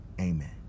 Amen